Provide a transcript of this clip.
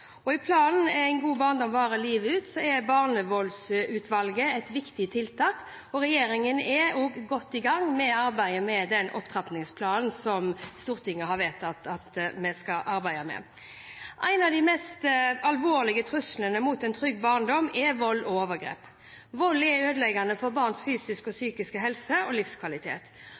og hjelpe. I planen En god barndom varer livet ut er Barnevoldsutvalget et viktig tiltak, og regjeringen er godt i gang med arbeidet med opptrappingsplanen som Stortinget har vedtatt at vi skal arbeide med. En av de mest alvorlige truslene mot en trygg barndom er vold og overgrep. Vold er ødeleggende for barns fysiske og psykiske helse og livskvalitet.